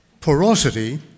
Porosity